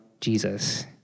Jesus